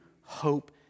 hope